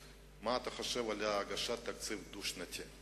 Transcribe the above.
מה אתה חושב על הגשת תקציב דו-שנתי?